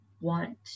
want